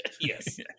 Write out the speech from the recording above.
Yes